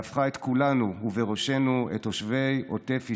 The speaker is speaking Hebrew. והפכה את כולנו ובראשנו את תושבי עוטף ישראל,